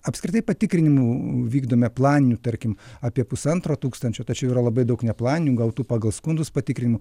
apskritai patikrinimų vykdome planinių tarkim apie pusantro tūkstančio tačiau yra labai daug neplaninių gautų pagal skundus patikrinimų